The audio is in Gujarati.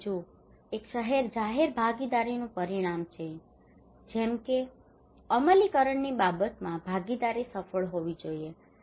અને બીજું એક જાહેર ભાગીદારીનું પરિણામ છે જેમ કે અમલીકરણની બાબતમાં ભાગીદારી સફળ હોવી જોઈએ